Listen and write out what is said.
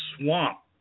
swamp